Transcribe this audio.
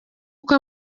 uko